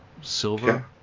Silver